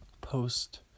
Post